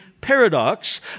paradox